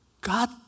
God